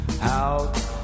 out